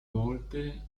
volte